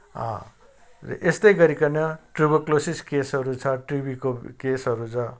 यस्तै गरिकन ट्युबरक्युलोसिस केसहरू छ टिबी केसहरू छ